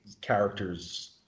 characters